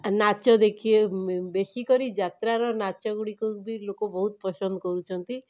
ନାଚ ଦେଖି ବେଶି କରି ଯାତ୍ରାର ନାଚଗୁଡ଼ିକ ବି ଲୋକ ବହୁତ ପସନ୍ଦ କରୁଛନ୍ତି